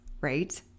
right